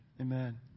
Amen